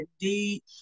indeed